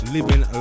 Living